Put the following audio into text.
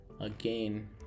Again